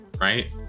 right